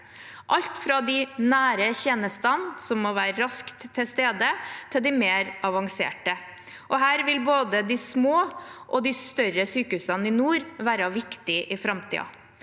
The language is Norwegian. alt fra de nære tjenestene, som må være raskt til stede, til de mer avanserte. Her vil både de små og de større sykehusene i nord være viktige i framtiden.